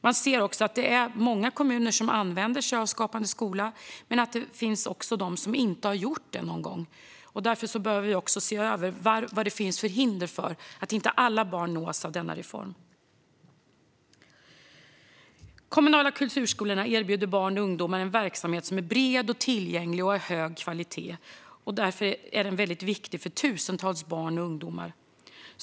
Man ser också att det är många kommuner som använder sig av Skapande skola men att det också finns de som inte har gjort det någon gång. Därför bör vi se över vilka hinder som finns och som gör att inte alla barn nås av denna reform. De kommunala kulturskolorna erbjuder barn och ungdomar en verksamhet som är bred, tillgänglig och av hög kvalitet, och därför är den väldigt viktig för tusentals barn och ungdomar.